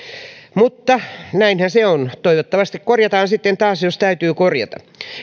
näinhän se on ja toivottavasti korjataan sitten taas jos täytyy korjata